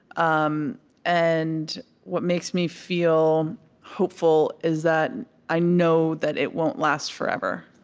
um and what makes me feel hopeful is that i know that it won't last forever